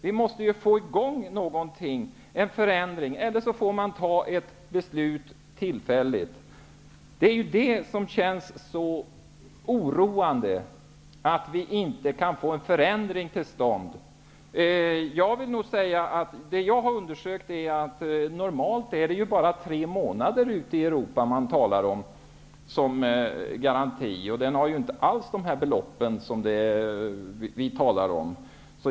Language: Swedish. Vi måste få i gång en förändring, eller också får vi fatta ett tillfälligt beslut. Det som känns oroande är att vi inte kan få en förändring till stånd. Enligt vad jag har fått fram talar man ute i Europa normalt om en garantiperiod på tre månader. Det handlar inte alls om de belopp som vi talar om.